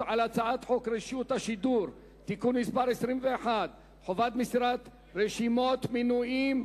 על הצעת חוק רשות השידור (תיקון מס' 21) (חובת מסירת רשימות מנויים),